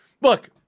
Look